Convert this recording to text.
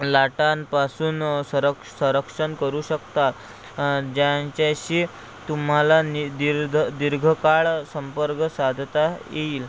लाटांपासून सरक संरक्षण करू शकता ज्यांच्याशी तुम्हाला नि दीर्द दीर्घकाळ संपर्क साधता येईल